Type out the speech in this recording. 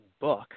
book